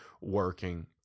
working